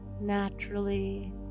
naturally